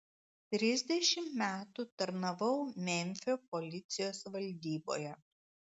trisdešimt metų tarnavau memfio policijos valdyboje